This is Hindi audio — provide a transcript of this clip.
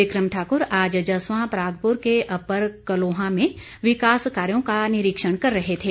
बिक्रम ठाक्र आज जसवां परागपुर के अप्पर कलोहा में विकास कार्यो का निरीक्षण कर रहे थे